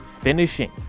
Finishing